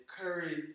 Curry